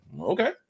Okay